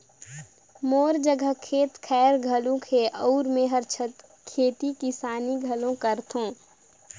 मोर जघा खेत खायर घलो हे अउ मेंहर खेती किसानी घलो करथों